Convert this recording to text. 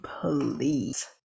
please